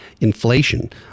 inflation